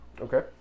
Okay